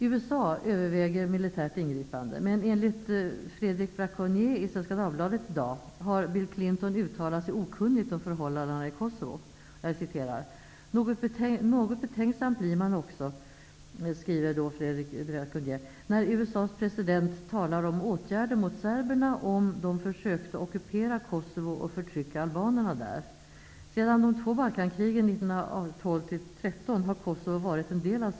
USA överväger militärt ingripande, men enligt Bill Clinton uttalat sig okunnigt om förhållandena i ''Något betänksam blir man också'', skriver Fredrik Braconier, ''när USA:s president talar om åtgärder mot serberna om ''de försökte ockupera Kosovo och förtrycka albanerna där'. Sedan de två Balkankrigen 1912--13 har Kosovo varit en del av --.